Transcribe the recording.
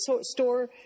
store